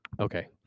Okay